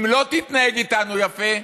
אם לא תתנהג איתנו יפה,